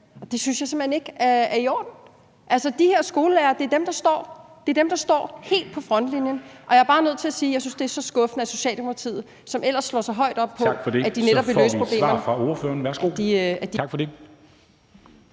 det synes jeg simpelt hen ikke er i orden. Altså, de her skolelærere er dem, der står helt i frontlinjen, og jeg er bare nødt til at sige, at jeg synes, det er så skuffende, at Socialdemokratiet, som ellers slår sig meget op på (Formanden (Henrik Dam Kristensen): Tak for det!)